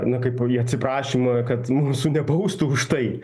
na kaip atsiprašymą kad mūsų nebaustų už tai